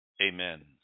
Amen